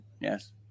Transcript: yes